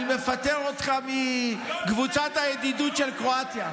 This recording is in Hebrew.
אני מפטר אותך מקבוצת הידידות של קרואטיה.